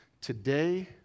today